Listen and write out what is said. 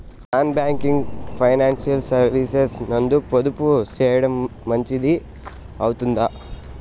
Non banking financial services నందు పొదుపు సేయడం మంచిది అవుతుందా?